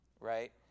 right